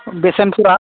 बेसेनफोरा